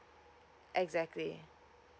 exactly